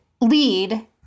lead